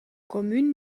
commune